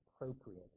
appropriate